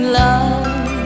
love